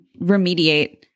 remediate